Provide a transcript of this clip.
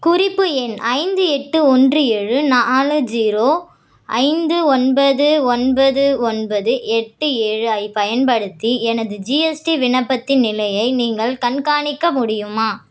குறிப்பு எண் ஐந்து எட்டு ஒன்று ஏழு நாலு ஜீரோ ஐந்து ஒன்பது ஒன்பது ஒன்பது எட்டு ஏழு ஐப் பயன்படுத்தி எனது ஜிஎஸ்டி விண்ணப்பத்தின் நிலையை நீங்கள் கண்காணிக்க முடியுமா